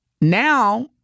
Now